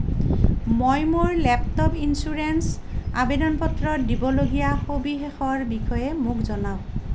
মই মোৰ laptop insurance আবেদন পত্ৰত দিবলগীয়া সবিশেষৰ বিষয়ে মোক জনাওক